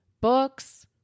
books